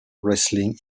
wrestling